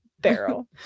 barrel